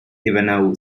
ivanov